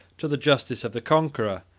to the justice of the conqueror,